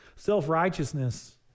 Self-righteousness